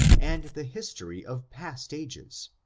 and the history of past ages,